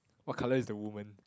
what colour is the woman